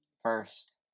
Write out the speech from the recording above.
First